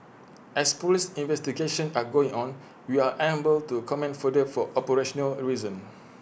as Police investigations are going on we are unable to comment further for operational reasons